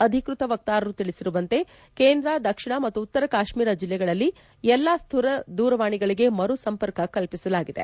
ಅಧಿಕೃತ ವಕ್ತಾರರು ತಿಳಿಸಿರುವಂತೆ ಕೇಂದ್ರ ದಕ್ಷಿಣ ಮತ್ತು ಉತ್ತರ ಕಾಶ್ಟೀರ ಜಿಲ್ಲೆಗಳಲ್ಲಿ ಎಲ್ಲ ಸ್ಥಿರ ದೂರವಾಣಿಗಳಿಗೆ ಮರು ಸಂಪರ್ಕ ಕಲ್ವಿಸಲಾಗಿದೆ